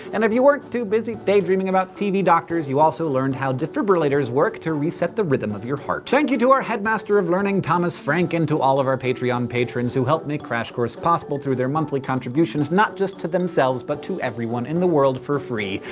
and if you weren't too busy daydreaming about tv doctors, you also learned how defibrillators work to reset the rhythm of your heart. thank you to our headmaster of learning, thomas frank, and to all of our patreon patrons who help make crash course possible through their monthly contributions not just to themselves but to everyone in the world for free.